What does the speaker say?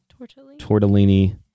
Tortellini